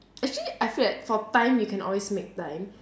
actually I feel like for time you can always make time